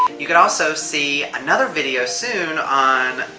you can also see another video soon on.